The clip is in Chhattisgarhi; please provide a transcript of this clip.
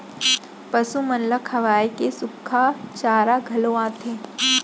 पसु मन ल खवाए के सुक्खा चारा घलौ आथे